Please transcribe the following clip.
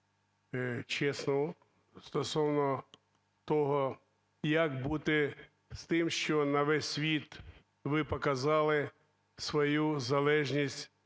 чесну стосовно того, як бути з тим, що на весь світ ви показали свою залежність